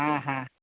হ্যাঁ হ্যাঁ